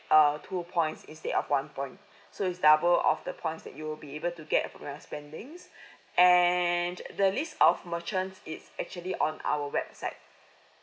err two points instead of one point so is double of the points that you'll be able to get from your spendings and the list of merchants it's actually on our website